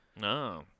No